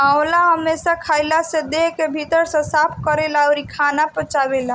आंवला हमेशा खइला से देह के भीतर से साफ़ करेला अउरी खाना पचावेला